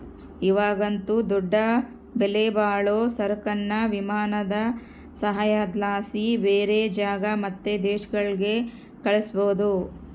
ಇವಾಗಂತೂ ದೊಡ್ಡ ಬೆಲೆಬಾಳೋ ಸರಕುನ್ನ ವಿಮಾನದ ಸಹಾಯುದ್ಲಾಸಿ ಬ್ಯಾರೆ ಜಾಗ ಮತ್ತೆ ದೇಶಗುಳ್ಗೆ ಕಳಿಸ್ಬೋದು